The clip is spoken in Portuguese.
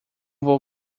vou